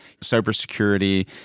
cybersecurity